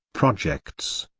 projects.